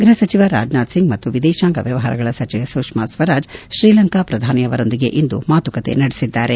ಗ್ಬಹ ಸಚಿವ ರಾಜನಾಥ್ ಸಿಂಗ್ ಮತ್ತು ವಿದೇಶಾಂಗ ವ್ಯವಹಾರಗಳ ಸಚಿವೆ ಸುಷ್ಮಾ ಸ್ವರಾಜ್ ಶ್ರೀಲಂಕಾ ಪ್ರಧಾನಿ ಅವರೊಂದಿಗೆ ಇಂದು ಮಾತುಕತೆ ನಡೆಸಿದ್ದಾರೆ